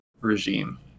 regime